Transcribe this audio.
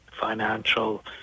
financial